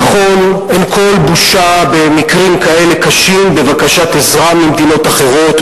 נכון שאין כל בושה במקרים כאלה קשים בבקשת עזרה ממדינות אחרות,